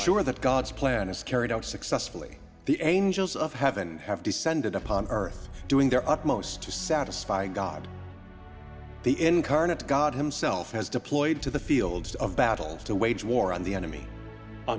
ensure that god's plan is carried out successfully the angels of heaven have descended upon earth doing their utmost to satisfy god the incarnate god himself has deployed to the fields of battles to wage war on the enemy